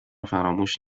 فراموش